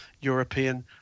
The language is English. European